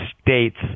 states